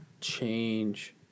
change